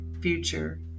future